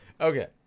okay